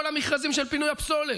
כל המכרזים של פינוי הפסולת,